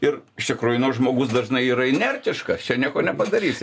ir iš tikrųjų nu žmogus dažnai yra inertiškas čia nieko nepadarysi